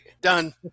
done